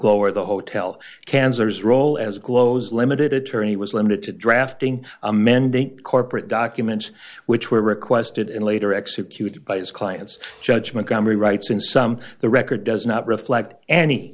or the hotel cancer's role as glos limited attorney was limited to drafting amending corporate documents which were requested and later executed by his client's judgment comrie writes in some the record does not reflect any